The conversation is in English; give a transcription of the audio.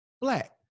black